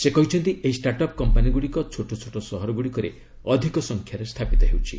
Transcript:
ସେ କହିଛନ୍ତି ଏହି ଷ୍ଟାର୍ଟଅପ୍ କମ୍ପାନୀଗୁଡ଼ିକ ଛୋଟଛୋଟ ସହର ଗୁଡ଼ିକରେ ଅଧିକ ସଂଖ୍ୟାରେ ସ୍ଥାପିତ ହେଉଛି